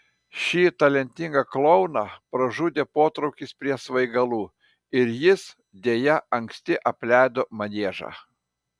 šį talentingą klouną pražudė potraukis prie svaigalų ir jis deja anksti apleido maniežą